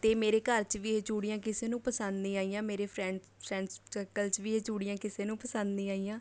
ਅਤੇ ਮੇਰੇ ਘਰ 'ਚ ਵੀ ਇਹ ਚੂੜੀਆਂ ਕਿਸੇ ਨੂੰ ਪਸੰਦ ਨਹੀਂ ਆਈਆਂ ਮੇਰੇ ਫਰੈਂਡ ਫਰੈਂਡਸ ਸਰਕਲ 'ਚ ਵੀ ਇਹ ਚੂੜੀਆਂ ਕਿਸੇ ਨੂੰ ਪਸੰਦ ਨਹੀਂ ਆਈਆਂ